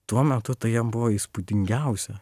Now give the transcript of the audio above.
tuo metu tai jam buvo įspūdingiausia